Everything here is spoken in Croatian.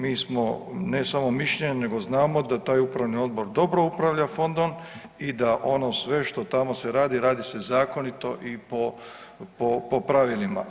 Mi smo ne samo mišljenja nego znamo da taj upravni odbor dobro upravlja fondom i da ono sve što se tamo radi, radi se zakonito i po pravilima.